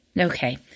Okay